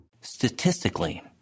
Statistically